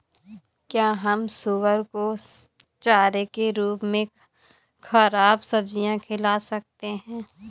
क्या हम सुअर को चारे के रूप में ख़राब सब्जियां खिला सकते हैं?